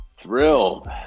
Thrilled